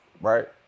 right